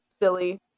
silly